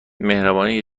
مهربانی